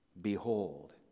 Behold